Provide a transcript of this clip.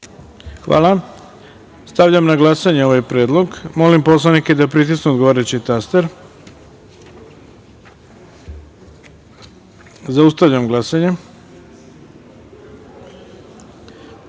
Hvala. Stavljam na glasanje ovaj predlog. Molim poslanike da pritisnu odgovarajući taster. Zaustavljam glasanje: